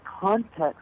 context